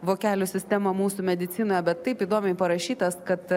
vokelių sistemą mūsų medicinoje bet taip įdomiai parašytas kad